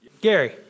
Gary